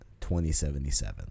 2077